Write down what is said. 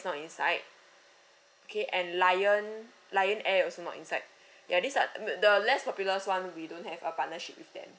is not inside okay and lion lion air also not inside ya these are the less populars one we don't have a partnership with them